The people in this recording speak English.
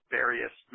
various